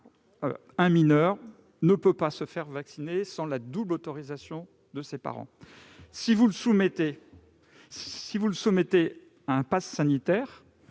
un mineur ne peut pas se faire vacciner sans la double autorisation de ses parents. Si vous le soumettez à un passe sanitaire,